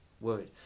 word